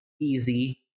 easy